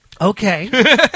Okay